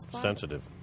sensitive